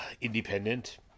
independent